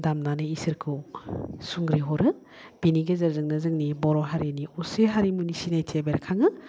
दामनानै इसोरखौ सुंग्रिहरो बेनि गेजेरजोंनो जोंनि बर' हारिनि असे हारिमुनि सिनायथिया बेरखाङो